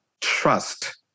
trust